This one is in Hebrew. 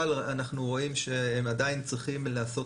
אבל אנחנו רואים שהם עדיין צריכים לעשות